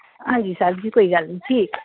ਹਾਂਜੀ ਸਰ ਜੀ ਕੋਈ ਗੱਲ ਨਹੀਂ ਠੀਕ